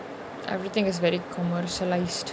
everything is very commercialised